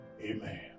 Amen